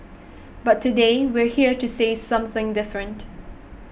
but today we're here to say something different